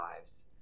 lives